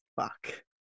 fuck